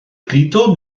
gludo